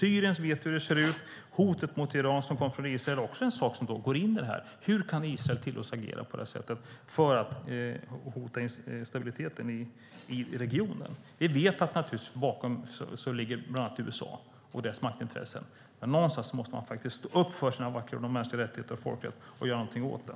Vi vet hur det ser ut i Syrien, och hotet mot Iran från Israel är också en sak som går in i detta. Hur kan Israel tillåtas att agera på detta sätt och hota stabiliteten i regionen? Vi vet naturligtvis att bland annat USA och deras maktintressen ligger bakom, men någonstans måste man faktiskt stå upp för mänskliga rättigheter och folkrätt och göra någonting åt det.